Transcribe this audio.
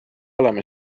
oleme